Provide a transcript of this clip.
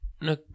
no